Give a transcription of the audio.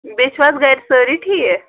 بیٚیہِ چھِو حظ گَرِ سٲری ٹھیٖک